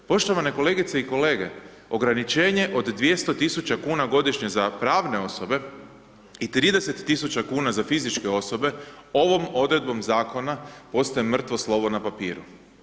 Poštovane kolegice i kolege ograničenje od 200 tisuća kuna godišnje za pravne osobe i 300 tisuća kuna za fizičke osobe, ovom odredbom zakona, ostaje mrtvo slovo na papiru.